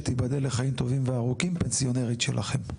שתיבדל לחיים טובים וארוכים, פנסיונרית שלכם.